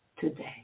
today